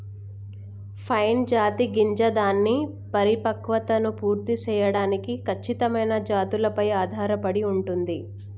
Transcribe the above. pine జాతి గింజ దాని పరిపక్వతను పూర్తి సేయడానికి ఖచ్చితమైన జాతులపై ఆధారపడి ఉంటుంది